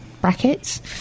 brackets